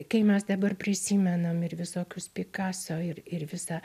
kai mes dabar prisimenam ir visokius pikaso ir ir visą